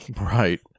Right